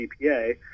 gpa